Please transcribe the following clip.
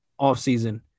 offseason